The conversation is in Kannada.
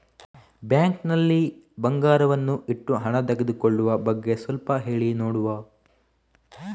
ಬ್ಯಾಂಕ್ ನಲ್ಲಿ ಬಂಗಾರವನ್ನು ಇಟ್ಟು ಹಣ ತೆಗೆದುಕೊಳ್ಳುವ ಬಗ್ಗೆ ಸ್ವಲ್ಪ ಹೇಳಿ ನೋಡುವ?